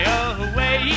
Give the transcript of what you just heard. away